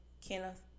Kenneth